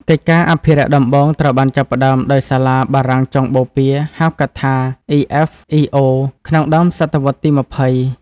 កិច្ចការអភិរក្សដំបូងត្រូវបានចាប់ផ្តើមដោយសាលាបារាំងចុងបូព៌ា (ហៅកាត់ថា EFEO) ក្នុងដើមសតវត្សរ៍ទី២០។